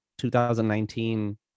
2019